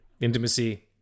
Intimacy